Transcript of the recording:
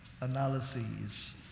analyses